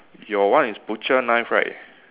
your one is butcher knife right